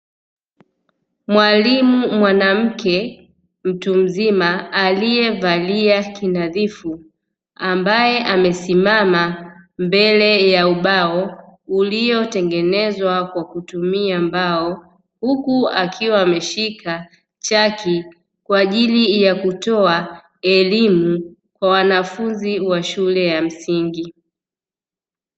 Mwalimu mwanamke, mtu mzima aliyevalia kinadhifu ambaye amesimama mbele ya ubao uliotengenezwa kwa kutumia mbao, huku akiwa ameshika chaki kwa ajili ya kutoa elimu kwa wanafunzi wa shule ya msingi.